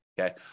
okay